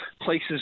places